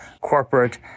corporate